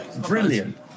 brilliant